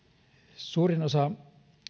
suurin osa